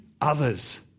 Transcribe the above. others